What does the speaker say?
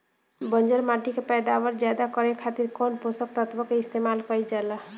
बंजर माटी के पैदावार ज्यादा करे खातिर कौन पोषक तत्व के इस्तेमाल कईल जाला?